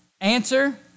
Answer